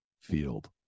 field